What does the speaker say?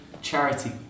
charity